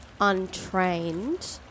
untrained